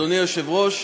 אדוני היושב-ראש,